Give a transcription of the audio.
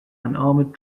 armoured